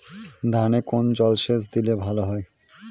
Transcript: ধানে কোন জলসেচ দিলে ভাল হয়?